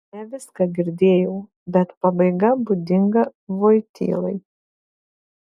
ne viską girdėjau bet pabaiga būdinga voitylai